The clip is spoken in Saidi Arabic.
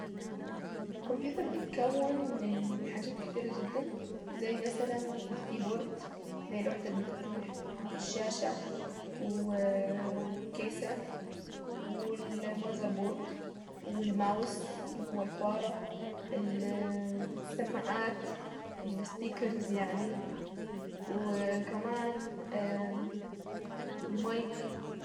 الكمبيوتر بيتكون من حاجات كتيرة جدا زي مثلا الكيبورد اللي هي لوحة المفاتيح الشاشة والكيسة والماذر بورد والماوس اللي هو الفارة السماعات السبيكرز يعني وكمان مايك.